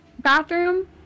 bathroom